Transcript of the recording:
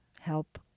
help